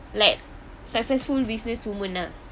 like successful businesswoman ah